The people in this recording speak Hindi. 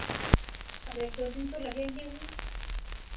अब एक दो दिन तो लगेंगे ही